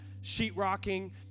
sheetrocking